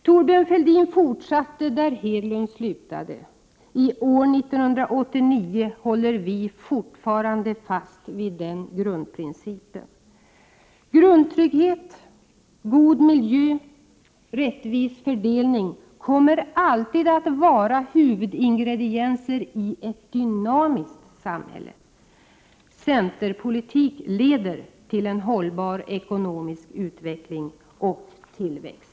Thorbjörn Fälldin fortsatte där Hedlund slutade. I år, 1989, håller vi fortfarande fast vid den grundprincipen. Grundtrygghet, god miljö och rättvis fördelning kommer alltid att vara huvudingredienser i ett dynamiskt samhälle. Centerpolitik leder till en hållbar ekonomisk utveckling och tillväxt.